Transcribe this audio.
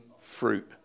fruit